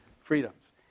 freedoms